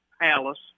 palace